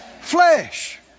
flesh